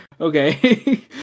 Okay